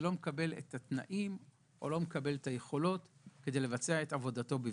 שלא מקבל את התנאים או את היכולות כדי לבצע את עבודתו בבטחה.